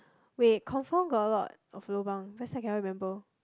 wait confirm got a lot of lobang that's why cannot remember